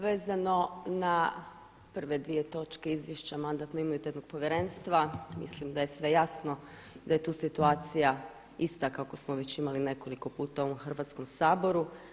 Vezano na prve dvije točke Izvješća Mandatno-imunitetnog povjerenstva mislim da je sve jasno, da je tu situacija kakvu smo već imali nekoliko puta u ovom Hrvatskom saboru.